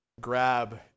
grab